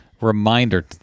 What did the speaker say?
Reminder